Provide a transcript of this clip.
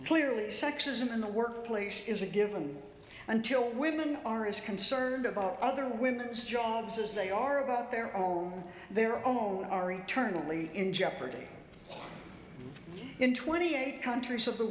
clearly sexism in the workplace is a given until women are as concerned about other women's jobs as they are about their own their own are eternally in jeopardy in twenty eight countries of the